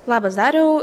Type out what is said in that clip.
labas dariau